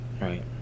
right